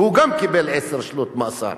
וגם הוא קיבל עשר שנות מאסר.